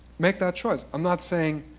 make that choice. i'm not saying,